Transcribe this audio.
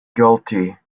guilty